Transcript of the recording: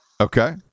Okay